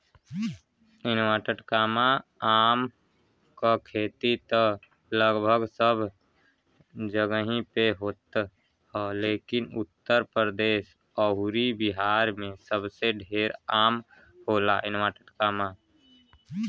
आम क खेती त लगभग सब जगही पे होत ह लेकिन उत्तर प्रदेश अउरी बिहार में सबसे ढेर आम होला